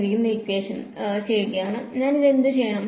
എന്നിട്ട് ഞാൻ എന്ത് ചെയ്യണം